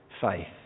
faith